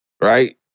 right